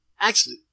Actually-